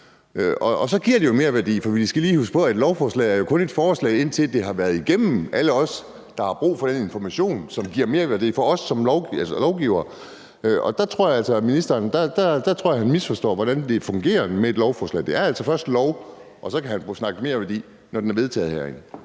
Og så giver det jo merværdi, for vi skal lige huske på, at et lovforslag jo kun er et forslag, indtil det har været igennem alle os, der har brug for den information, som giver merværdi for os som lovgivere. Der tror jeg altså at ministeren misforstår, hvordan det fungerer med et lovforslag. Det er altså først en lov – og så kan han snakke om merværdi – når den er vedtaget herinde.